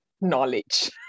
knowledge